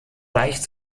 leicht